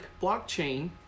blockchain